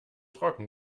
trocken